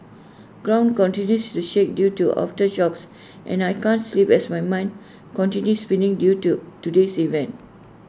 ground continues to shake due to aftershocks and I can't sleep as my mind continue spinning due to today's events